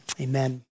Amen